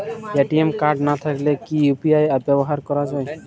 ATM card না থাকলে কি ইউ.পি.আই ব্যবহার করা য়ায়?